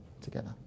together